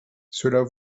cela